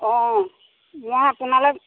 অ মই আপোনালৈ